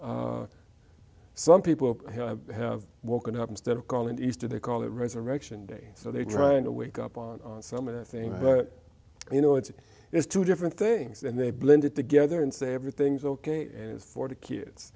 know some people have woken up instead of calling easter they call it resurrection day so they're trying to wake up on some of the things but you know it is two different things and they blended together and say everything's ok for the kids